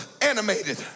animated